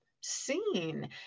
seen